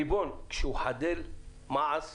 ריבון, כשהוא חדל מעש